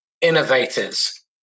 innovators